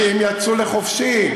אנשים יצאו לחופשי.